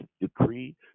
decree